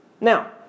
Now